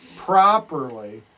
properly